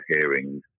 hearings